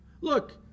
Look